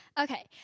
Okay